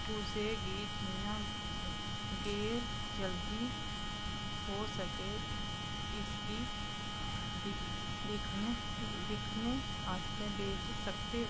कुसै गी जि'यां गै जल्दी होई सके इसगी दिक्खने आस्तै भेजी सकते ओ